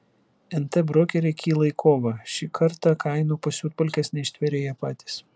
nt brokeriai kyla į kovą šį kartą kainų pasiutpolkės neištvėrė jie patys